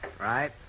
Right